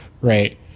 right